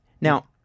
Now